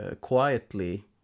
quietly